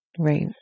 Right